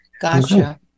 Gotcha